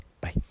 Bye